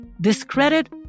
Discredit